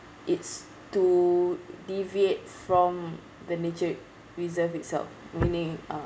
it's to deviate from the nature reserve itself meaning uh